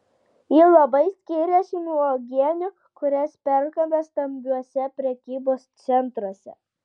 ji labai skiriasi nuo uogienių kurias perkame stambiuosiuose prekybos centruose